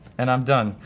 and i'm done.